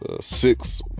six